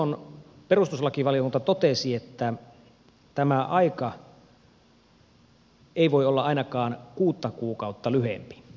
silloin perustuslakivaliokunta totesi että tämä aika ei voi olla ainakaan kuutta kuukautta lyhyempi